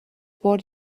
what